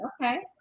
Okay